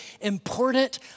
important